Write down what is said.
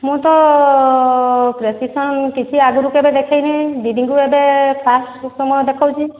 ମୁଁ ତ ପ୍ରେସ୍କ୍ରିପ୍ସନ୍ କିଛି ଆଗରୁ କେବେ ଦେଖାଇନି ଦିଦିଙ୍କୁ ଏବେ ଫାଷ୍ଟ୍ ସମୟ ଦେଖାଉଛି